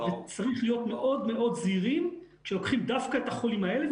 צריך להיות מאוד זהירים כשלוקחים דווקא את החולים האלה,